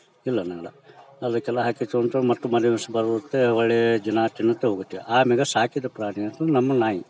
ಇಲ್ಲನ್ನೋಂಗಿಲ್ಲ ಅದಕ್ಕೆಲ್ಲ ಹಾಕಿತ್ತಂತಂದ್ ಮತ್ತು ಮಾರ್ನೆ ದಿವಸ ಬರುತ್ತೆ ಒಳ್ಳೆಯ ದಿನ ತಿನ್ನುತ್ತಾ ಹೋಗುತ್ತೆ ಆಮ್ಯಾಗ ಸಾಕಿದ ಪ್ರಾಣಿ ಅಂದ್ರೆ ನಮ್ಮ ನಾಯಿ